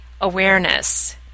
awareness